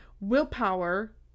willpower –